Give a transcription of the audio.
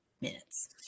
Minutes